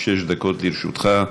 שש דקות לרשותך,